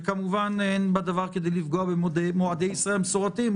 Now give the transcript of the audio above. וכמובן אין בדבר כדי לפגוע במועדי ישראל המסורתיים,